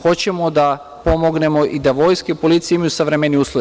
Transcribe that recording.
Hoćemo da pomognemo i da Vojska i Policija imaju savremenije uslove.